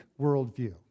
worldview